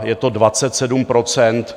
Je to 27 %.